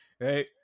Right